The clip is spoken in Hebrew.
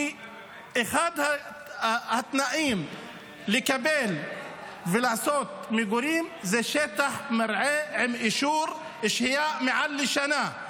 כי אחד התנאים לקבל ולעשות מגורים זה שטח מרעה עם אישור שהייה מעל לשנה.